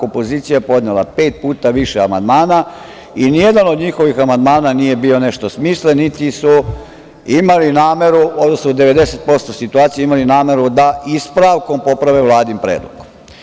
Opozicija je podnela pet puta više amandmana i nijedan od njihovih amandmana nije bio nešto smislen, niti su imali nameru, odnosno 90% situacija imali nameru da ispravkom poprave Vladini predlog.